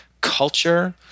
culture